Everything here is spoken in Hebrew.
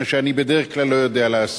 מה שאני בדרך כלל לא יודע לעשות.